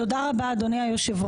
תודה רבה אדוני היושב ראש.